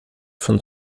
von